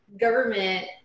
government